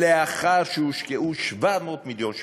שלאחר שהושקעו 700 מיליון שקלים,